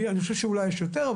אני חושב שאולי יש יותר.